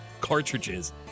cartridges